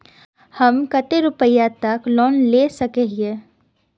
हम कते रुपया तक लोन ला सके हिये?